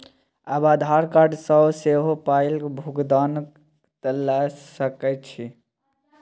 आब आधार कार्ड सँ सेहो पायक भुगतान ल सकैत छी